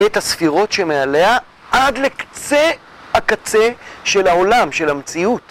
את הספירות שמעליה עד לקצה הקצה של העולם של המציאות.